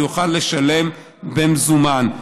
הוא יוכל לשלם במזומן.